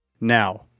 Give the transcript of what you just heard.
Now